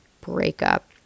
breakup